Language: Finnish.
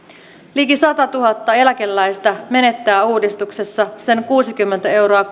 liki satatuhatta eläkeläistä menettää uudistuksessa sen kuusikymmentä euroa